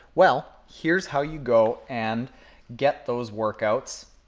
well, here's how you go and get those workouts